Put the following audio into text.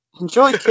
Enjoy